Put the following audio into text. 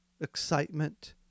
Excitement